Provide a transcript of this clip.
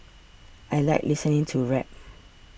I like listening to rap